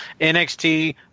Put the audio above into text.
NXT